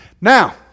Now